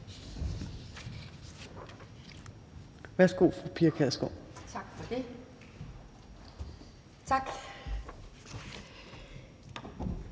Værsgo, fru Pia Kjærsgaard. Kl.